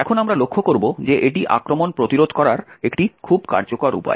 এখন আমরা লক্ষ্য করব যে এটি আক্রমণ প্রতিরোধ করার একটি খুব কার্যকর উপায়